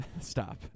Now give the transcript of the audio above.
Stop